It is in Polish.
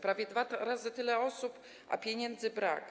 Prawie dwa razy tyle osób, a pieniędzy brak.